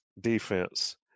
defense